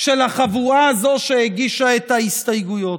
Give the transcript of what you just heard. של החבורה הזו שהגישה את ההסתייגויות.